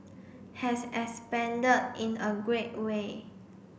has expanded in a great way